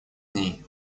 ней